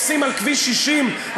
על כביש 60,